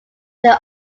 they